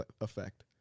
effect